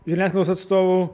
žiniasklaidos atstovų